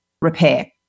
repair